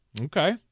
Okay